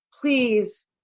please